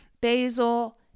basil